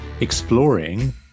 exploring